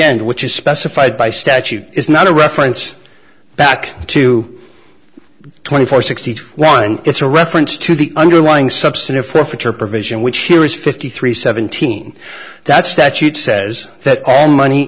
end which is specified by statute is not a reference back to twenty four sixty one it's a reference to the underlying subsidy for future provision which here is fifty three seventeen that statute says that all money